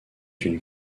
une